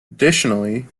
additionally